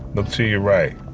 but to your right.